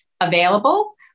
available